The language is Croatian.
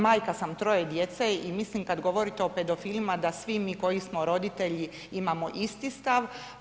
Majka sam troje djece i mislim, kad govorite o pedofilima da svi mi koji smo roditelji imamo isti stav.